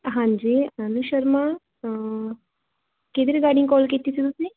ਹਾਂਜੀ ਅਨੂ ਸ਼ਰਮਾ ਕਿਹਦੇ regarding call ਕੀਤੀ ਸੀ ਤੁਸੀਂ